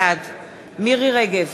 בעד מירי רגב,